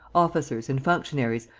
officers and functionaries,